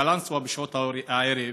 בקלנסווה בשעות הערב